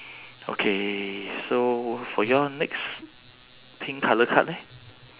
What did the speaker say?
okay so for your next pink colour card leh